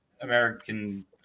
American